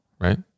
right